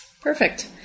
Perfect